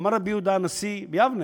אמר רבי יהודה הנשיא, ביבנה,